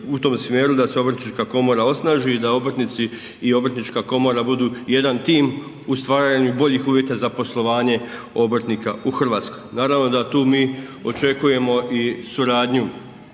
u tom smjeru da se Obrtnička komora osnaži i da obrtnici i obrtnička komora budu jedan tim u stvaranju boljih uvjeta za poslovanje obrtnika u Hrvatskoj. Naravno da tu mi očekujemo i suradnju